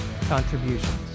contributions